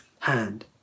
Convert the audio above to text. hand